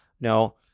No